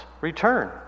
return